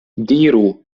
diru